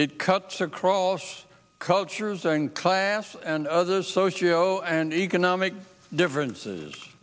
it cuts across cultures and class and other socio and economic differences